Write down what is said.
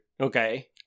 Okay